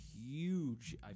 huge